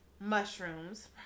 mushrooms